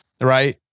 right